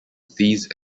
these